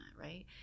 right